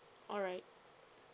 alright